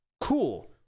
Cool